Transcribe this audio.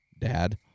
Dad